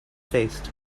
faced